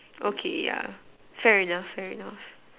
okay yeah fair enough fair enough